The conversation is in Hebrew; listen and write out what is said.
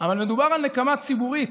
אבל מדובר על נקמה ציבורית,